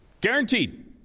Guaranteed